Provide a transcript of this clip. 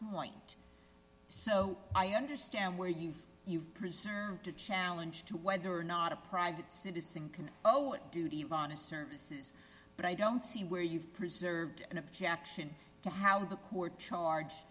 point so i understand where you've you've preserved a challenge to whether or not a private citizen can oh what duty of honest services but i don't see where you've preserved an objection to how the court charge